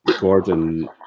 Gordon